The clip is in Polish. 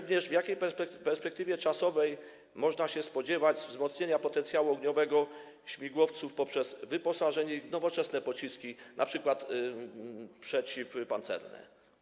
W jakiej perspektywie czasowej można się spodziewać wzmocnienia potencjału ogniowego śmigłowców poprzez wyposażenie ich w nowoczesne pociski, np. przeciwpancerne?